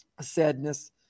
Sadness